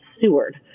Seward